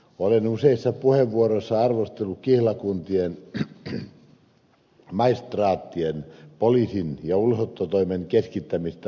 olen useissa puheenvuoroissa arvostellut kihlakuntien maistraattien poliisin ja ulosottotoimen keskittämistä maakuntakeskuksiin